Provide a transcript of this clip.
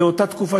לאותה תקופה,